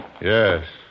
Yes